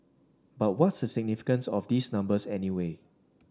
but what's the significance of these numbers anyway